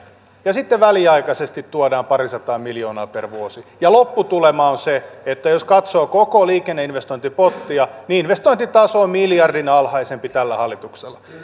ja sitten väliaikaisesti tuodaan parisataa miljoonaa per vuosi lopputulema on se että jos katsoo koko liikenneinvestointipottia niin investointitaso on miljardin alhaisempi tällä hallituksella